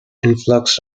influx